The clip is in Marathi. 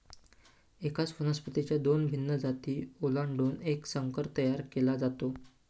एकाच वनस्पतीच्या दोन भिन्न जाती ओलांडून एक संकर तयार केला जातो